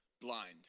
blind